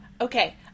okay